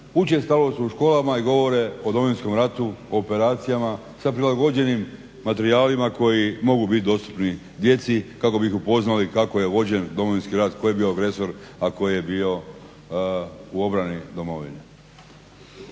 učestalo su u školama i govore o Domovinskom ratu o operacijama sa prilagođenim materijalima koji mogu biti dostupni djeci kako bi ih upoznali kako je vođen Domovinski rat, tko je bio agresor, a tko je bio u obrani Domovine.